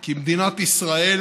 כי מדינת ישראל